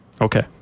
Okay